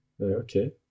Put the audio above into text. Okay